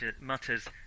mutters